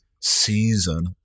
season